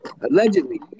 Allegedly